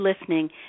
listening